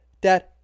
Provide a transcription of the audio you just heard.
Dad